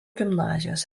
gimnazijos